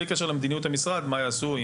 מבלי קשר לשאלת מדיניות המשרד ולמה שיעשו,